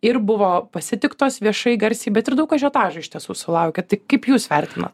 ir buvo pasitiktos viešai garsiai bet ir daug ažiotažo iš tiesų sulaukė tik kaip jūs vertinate